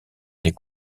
des